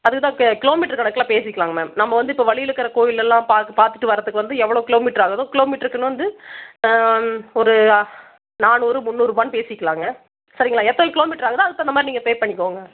அதுக்கு தான் கிலோமீட்டர் கணக்கில் பேசிக்கலாம்ங்க மேம் நம்ம வந்து இப்போ வழியில் இருக்கிற கோவில்லெல்லாம் பார்த்துட்டு வர்றதுக்கு வந்து எவ்வளோ கிலோமீட்டர் ஆகுதோ கிலோமீட்டருக்குனு வந்து ஒரு நானூறு முந்நூறுபானு பேசிக்கலாம்ங்க சரிங்களா எத்தனை கிலோமீட்டர் ஆகுதோ அதுக்கு தகுந்த மாதிரி நீங்கள் பே பண்ணிக்கங்க